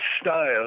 style